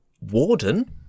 Warden